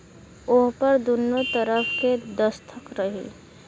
ओहपर दुन्नो तरफ़ के दस्खत रही